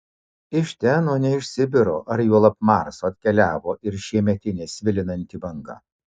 iš ten o ne iš sibiro ar juolab marso atkeliavo ir šiemetinė svilinanti banga